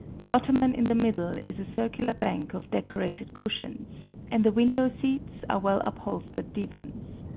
the ottoman in the middle is a circular bank of decorated cushions, and the window seats are well upholstered divans.